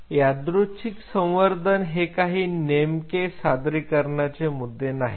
यादृच्छिक संवर्धन हे काही नेमके सादरीकरणाचे मुद्दे नाहीत